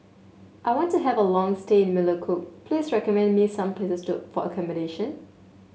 I want to have a long stay in Melekeok please recommend me some places to for accommodation